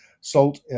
salt